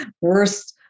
worst